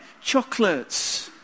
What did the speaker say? chocolates